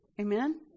Amen